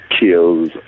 kills